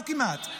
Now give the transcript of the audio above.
לא כמעט,